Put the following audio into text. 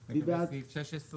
הצבעה סעיף 85(12)